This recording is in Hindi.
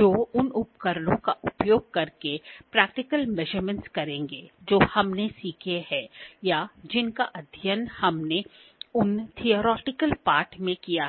जो उन उपकरणों का उपयोग करके प्रैक्टिकल मेजरमेंट करेंगे जो हमने सीखे हैं या जिनका अध्ययन हमने उन सैद्धांतिक भाग में किया है